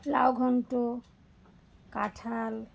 লাউ ঘন্ট কাঁঠাল